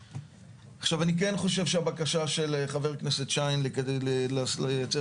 אני כן חושב שהבקשה של חבר הכנסת שיין לקדם לאשר